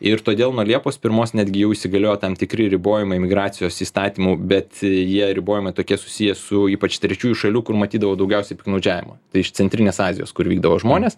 ir todėl nuo liepos pirmos netgi jau įsigaliojo tam tikri ribojimai imigracijos įstatymų bet jie ribojimai tokie susiję su ypač trečiųjų šalių kur matydavau daugiausiai piktnaudžiavimą tai iš centrinės azijos kur vykdavo žmonės